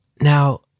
Now